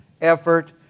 effort